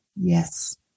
Yes